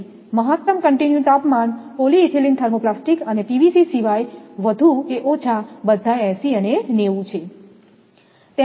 મહત્તમ સતત તાપમાન પોલિઇથિલિન થર્મોપ્લાસ્ટીક અને પીવીસી સિવાય વધુ કે ઓછા બધા 80 90 છે